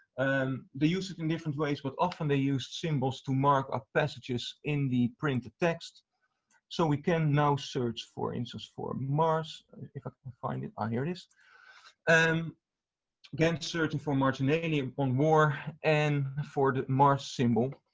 and they used them in different ways, but often they used symbols to mark up passages in the printed text so we can now search, for instance, for mars find it ah here this and again searching for marginalia on war and for the mars symbol